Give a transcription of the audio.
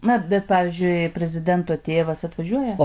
na bet pavyzdžiui prezidento tėvas atvažiuoja